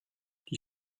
die